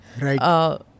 Right